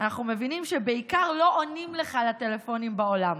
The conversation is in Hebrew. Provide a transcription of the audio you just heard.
אנחנו מבינים שבעיקר לא עונים לך לטלפונים בעולם.